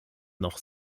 noch